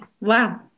Wow